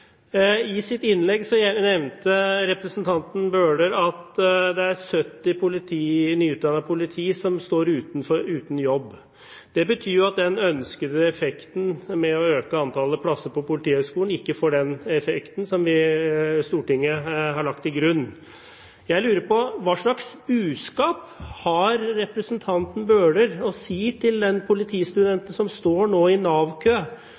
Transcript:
I sitt innlegg nevnte representanten Bøhler at det er 70 nyutdannede politifolk som står uten jobb. Det betyr jo at det å øke antallet plasser ved Politihøgskolen ikke får den ønskede effekten som Stortinget har lagt til grunn. Jeg lurer på hva slags budskap representanten Bøhler har til den tidligere politistudenten som nå står i